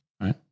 Right